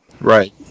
Right